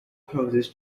poses